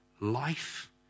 life